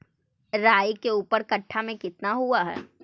राई के ऊपर कट्ठा में कितना हुआ है?